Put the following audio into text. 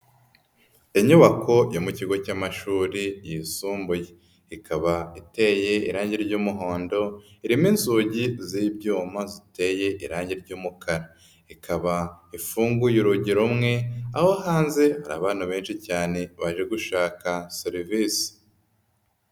Inyubako yo mu kigo cy'amashuri yisumbuye. Ikaba iteye irangi ry'umuhondo irimo inzugi z'ibyuma ziteye irangi ry'umukara. Ikaba ifunguye urugi rumwe aho, hanze hari abantu benshi cyane baje gushaka serivisi.